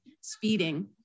speeding